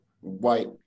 white